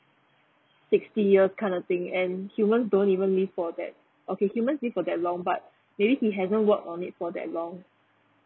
sixty year kind of thing and humans don't even live for that okay human lives for that long but maybe he hasn't worked on it for that long